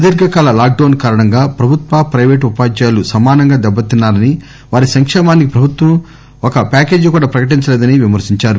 సుదీర్ఘకాల lockdowns కారణంగా ప్రభుత్వ పైవేటు ఉపాధ్యాయులు సమానంగా దెబ్బతిన్నారని వారి సంకేమానికి ప్రభుత్వం ఒక ప్యాకేజీ కూడా ప్రకటించలేదని విమర్పించారు